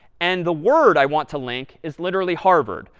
and the word i want to link is literally harvard.